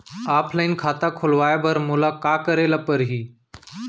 Offline खाता खोलवाय बर मोला का करे ल परही?